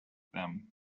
them